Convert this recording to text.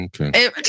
Okay